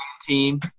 team